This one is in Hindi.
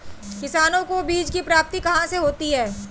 किसानों को बीज की प्राप्ति कहाँ से होती है?